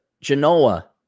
Genoa